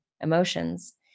emotions